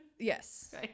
Yes